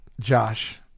Josh